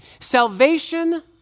Salvation